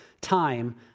time